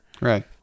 Right